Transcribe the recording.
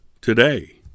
today